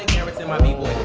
you're with them, i mean